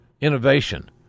innovation